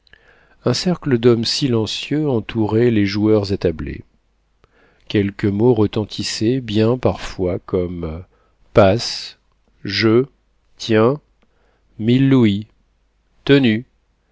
un cercle d'hommes silencieux entourait les joueurs attablés quelques mots retentissaient bien parfois comme passe jeu tiens mille louis